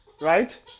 right